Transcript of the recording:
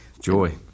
Joy